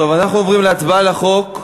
טוב, אנחנו עוברים להצבעה על החוק.